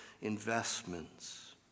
investments